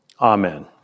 amen